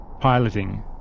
piloting